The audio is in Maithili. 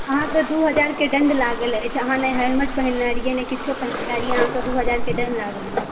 अहाॅंके दू हजार के दण्ड लागल अछि अहाँ नहि हेलमेट पहिरने रहियै नही किछो पहिरने रहियै अहाँके दू हजार के दण्ड लागल यऽ